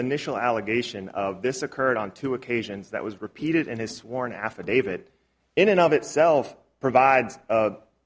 initial allegation of this occurred on two occasions that was repeated in his sworn affidavit in and of itself provides